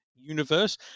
Universe